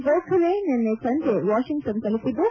ಗೋಖಲೆ ನಿನ್ನೆ ಸಂಜೆ ವಾಷಿಂಗ್ಗನ್ ತಲುಪಿದ್ದು